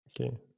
Okay